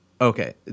Okay